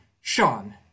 Sean